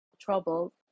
trouble